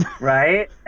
Right